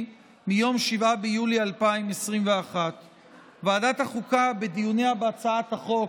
מיום 7 ביולי 2021. ועדת החוקה בדיוניה בהצעת החוק